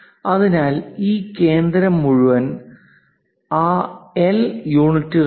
അതിനാൽ ഈ കേന്ദ്രം മുഴുവൻ ആ എൽ യൂണിറ്റുകളിലാണ്